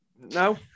no